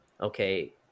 okay